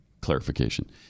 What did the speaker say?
clarification